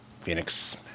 Phoenix